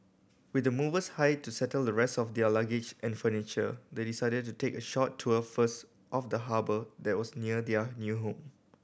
with the movers hired to settle the rest of their luggage and furniture they decided to take a short tour first of the harbour that was near their new home